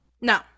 No